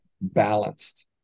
balanced